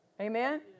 Amen